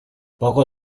poco